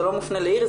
זה לא מופנה לאיריס,